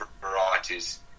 varieties